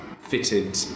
fitted